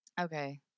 Okay